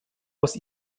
aus